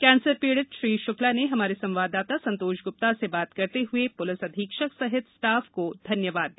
cancer पीडि़त श्री श्क्ला ने हमारे संवाददाता संतोष गुप्ता से बात करते ह्ये कहा पुलिस अक्षीक्षक सहित स्टाफ को धन्यवाद दिया